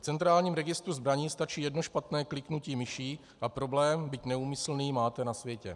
V centrálním registru zbraní stačí jedno špatné kliknutí myší a problém, byť neúmyslný, máte na světě.